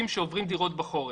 שעוברים דירות בחורף,